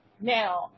Now